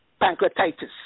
pancreatitis